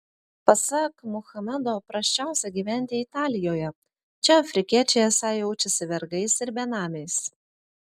pasak muhamedo prasčiausia gyventi italijoje čia afrikiečiai esą jaučiasi vergais ir benamiais